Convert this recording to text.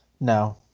No